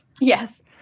Yes